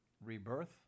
rebirth